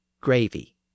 gravy